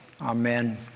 Amen